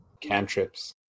cantrips